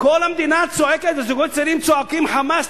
כל המדינה צועקת, וזוגות צעירים צועקים חמס.